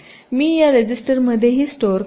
मी या रजिस्टरमध्येही स्टोअर करेन